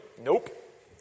nope